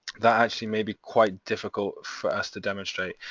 that actually may be quite difficult for us to demonstrate.